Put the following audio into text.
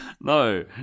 No